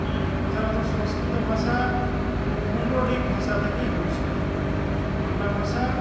এর প্রধানত সংস্কৃত ভাষা এবং পৌণ্ড রিক ভাষা থেকে হয়েছিলো বাংলা ভাষা